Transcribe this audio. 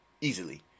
easily